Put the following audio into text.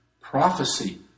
Prophecy